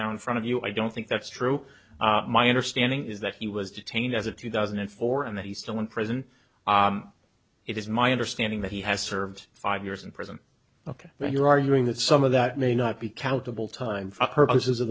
now in front of you i don't think that's true my understanding is that he was detained as of two thousand and four and that he's still in prison it is my understanding that he has served five years in prison ok but you're arguing that some of that may not be countable time